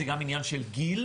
זה גם עניין של גיל,